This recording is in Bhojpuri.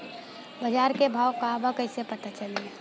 बाजार के भाव का बा कईसे पता चली?